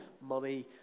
money